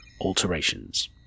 alterations